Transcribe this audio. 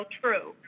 true